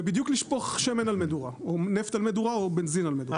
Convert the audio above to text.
לא אבל זה בדיוק לשפוך שמן על מדורה נפט על מדורה או בנזין על מדורה.